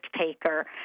taker